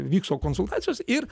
vykso konsultacijos ir